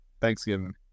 Thanksgiving